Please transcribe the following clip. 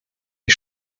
die